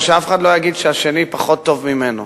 ואף אחד לא יגיד שהשני פחות טוב ממנו.